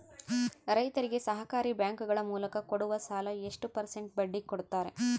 ರೈತರಿಗೆ ಸಹಕಾರಿ ಬ್ಯಾಂಕುಗಳ ಮೂಲಕ ಕೊಡುವ ಸಾಲ ಎಷ್ಟು ಪರ್ಸೆಂಟ್ ಬಡ್ಡಿ ಕೊಡುತ್ತಾರೆ?